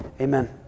amen